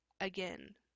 again